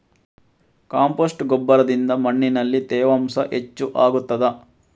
Compost ಗೊಬ್ಬರದಿಂದ ಮಣ್ಣಿನಲ್ಲಿ ತೇವಾಂಶ ಹೆಚ್ಚು ಆಗುತ್ತದಾ?